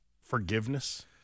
Forgiveness